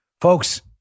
Folks